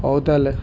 ହଉ ତାହାଲେ